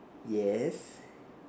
yes